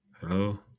Hello